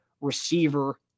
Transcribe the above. receiver